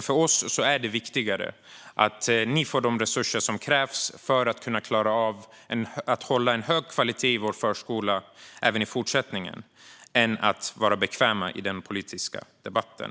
För oss är det viktigare att ni får de resurser som krävs för att klara av att hålla en hög kvalitet i vår förskola även i fortsättningen än att vara bekväma i den politiska debatten.